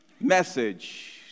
message